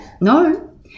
No